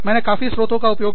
मैंने काफी स्रोतों का उपयोग